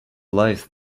life